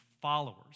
followers